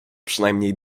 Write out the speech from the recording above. przynajmniej